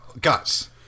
guts